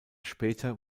später